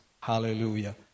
Hallelujah